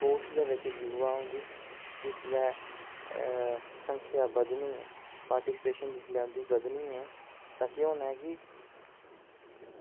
sports दे बिच युवा उंदी जिसलै संख्या बधनी ऐ पार्टिस्पेशन जिसलै उंदी बधनी ऐ तां केह् होना ऐ कि